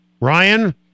Ryan